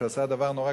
שעשה דבר נורא,